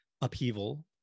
upheaval